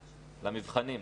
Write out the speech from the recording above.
למבחנים,